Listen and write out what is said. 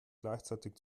gleichzeitig